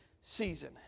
season